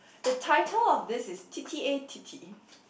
the title of this is tete-a-tete